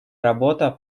работа